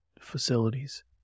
facilities